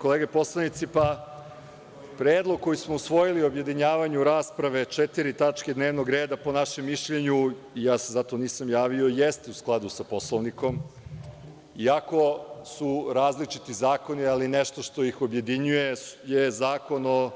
Kolege poslanici, predlog koji smo usvojili o objedinjavanju rasprave četiri tačke dnevnog reda po našem mišljenju i za se zato nisam javio jeste u skladu sa Poslovnikom iako su različiti zakoni, ali nešto što ih objedinjuje je Zakon o